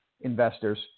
investors